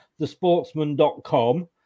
thesportsman.com